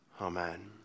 Amen